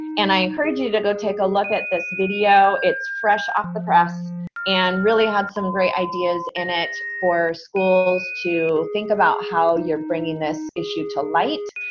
and i encourage you to go take a look at this video. it's fresh off the press and really had some great ideas in it for schools to think about how you're bringing this issue to light,